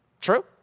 True